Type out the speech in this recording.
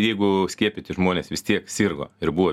jeigu skiepyti žmonės vis tiek sirgo ir buvo